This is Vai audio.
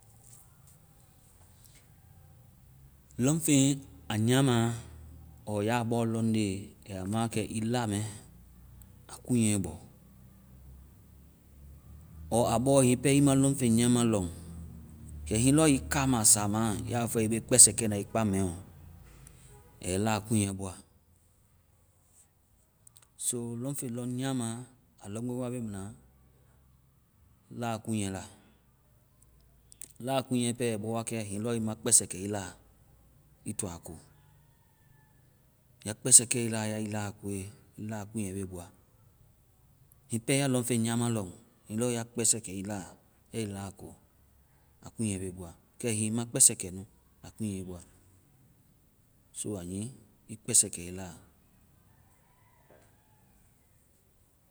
Lɔŋfeŋ a nyama, ɔɔ ya bɔ lɔŋnde, aa ya ma wakɛ ii la mɛ aa kunyɛ bɔ. ɔɔ aa bɔ, hiŋi pɛ ii ma lɔŋfeŋ̀ nyama lɔŋ. Kɛ hiŋi lɔ ii kama samaa, ya fɔe ii be kpɛsɛ kɛ na ii kpaŋ mɛ ɔ, aa yɛ ii la kunyɛ bɔa. So lɔŋfeŋ lɔŋ nyama, aa lɔkpeŋ wa be na la kunyɛ la. La kunyɛ pɛ ai bɔ wakɛ hiŋi lɔ ii ma kpɛsɛ kɛ ii la ii to aa ko. Ya kpɛsɛ kɛ ii la, ya koe, ii la kunyɛ be bɔa. Hiŋi pɛ ya lɔŋfeŋ nyama lɔŋ, hiŋi lɔ ya kpɛsɛ kɛ ii la, ya ii la ko, aa kunyɛ be bɔa. Kɛ hiŋi ii ma kpɛsɛ kɛ nu, aa kunyɛ bɔa. So aa nyii ii kpɛsɛ kɛ ii la.